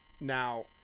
Now